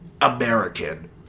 American